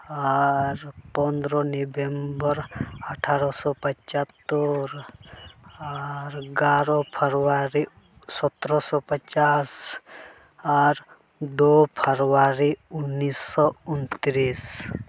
ᱟᱨ ᱯᱚᱫᱽᱨᱚ ᱱᱚᱵᱷᱮᱢᱵᱚᱨ ᱟᱴᱷᱟᱨᱚᱥᱚ ᱯᱚᱸᱪᱟᱛᱳᱨ ᱟᱨ ᱮᱜᱟᱨᱚ ᱯᱷᱮᱵᱽᱣᱟᱨᱤ ᱥᱚᱛᱨᱚ ᱥᱚ ᱯᱚᱸᱪᱟᱥ ᱟᱨ ᱫᱩ ᱯᱷᱮᱵᱽᱣᱟᱨᱤ ᱩᱱᱤᱥᱚ ᱩᱱᱛᱨᱤᱥ